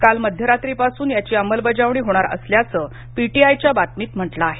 काल मध्यरात्रीपासून याची अंमलबजावणी होणार असल्याचं पीटीआयच्या बातमीत म्हटलं आहे